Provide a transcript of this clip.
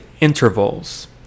intervals